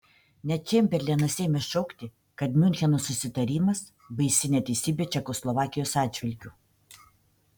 net čemberlenas ėmė šaukti kad miuncheno susitarimas baisi neteisybė čekoslovakijos atžvilgiu